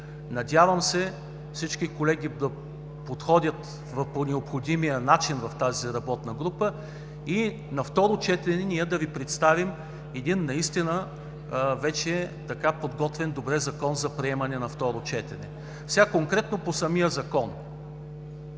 Надявам се всички колеги да подходят по необходимия начин в тази работна група и на второ четене да Ви представим един наистина вече добре подготвен Закон за приемане на второ четене. Конкретно по самия Закон.